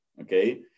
okay